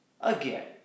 again